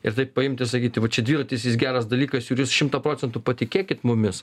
ir taip paimt ir sakyti va čia dviratis jis geras dalykas ir jūs šimtu procentų patikėkit mumis